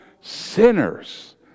sinners